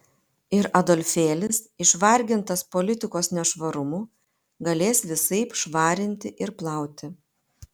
ir adolfėlis išvargintas politikos nešvarumų galės visaip švarinti ir plauti